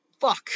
Fuck